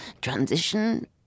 transition